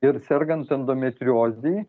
ir sergant endometriozei